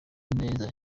neza